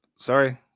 Sorry